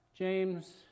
James